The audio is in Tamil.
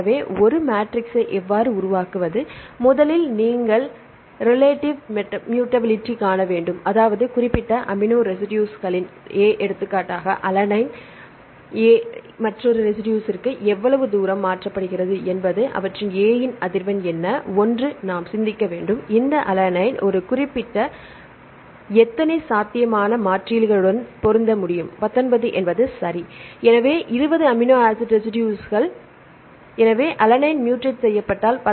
எனவே ஒரு மேட்ரிக்ஸை எவ்வாறு உருவாக்குவது முதலில் நீங்கள் ரிலேடிவ் மூட்டபிலிட்டிக் காண வேண்டும் அதாவது குறிப்பிட்ட அமினோ ரெசிடுஸ்கள் A எடுத்துக்காட்டாக செய்யப்பட்டால் பத்தொன்பது வெவ்வேறு சாத்தியக்கூறுகள்இருக்கும்